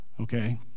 okay